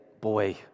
boy